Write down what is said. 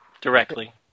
directly